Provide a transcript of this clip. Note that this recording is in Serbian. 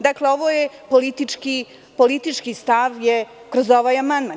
Dakle, ovo je politički stav kroz ovaj amandman.